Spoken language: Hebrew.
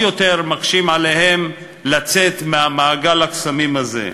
יותר מקשים עליהם לצאת ממעגל הקסמים הזה.